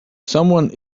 someone